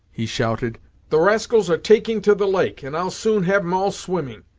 he shouted the rascals are taking to the lake, and i'll soon have em all swimming!